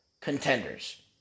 contenders